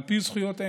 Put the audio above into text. על פי זכויותיהם.